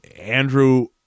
Andrew